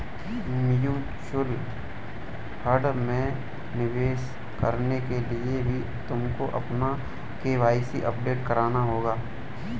mutual fund में निवेश करने के लिए भी तुमको अपना के.वाई.सी अपडेट कराना होगा